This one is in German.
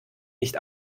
nicht